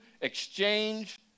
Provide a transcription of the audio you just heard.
exchange